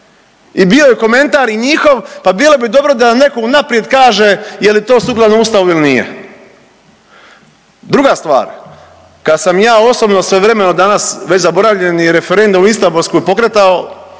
I bio je komentar i njihov pa bilo bi dobro da nam neko unaprijed kaže je li to sukladno Ustavu ili nije. Druga stvar, kad sam ja osobno svojevremeno danas već zaboravljeni referendum o Istambulskoj pokretao